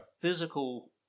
physical